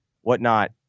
whatnot